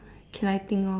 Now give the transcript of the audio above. can I think of